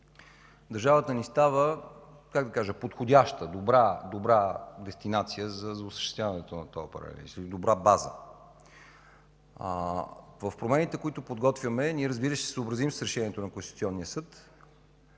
държавата ни става подходяща, добра дестинация за осъществяването на този паралелен износ, добра база. В промените, които подготвяме, ще се съобразим с Решението на Конституционния съд,